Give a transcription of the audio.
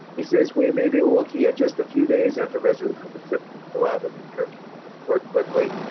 he says we may be looking at just a few days after reduce of the symptoms allow them to return to work quickly.